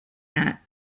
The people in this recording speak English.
that